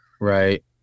Right